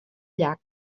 llac